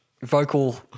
vocal